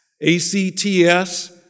A-C-T-S